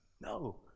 No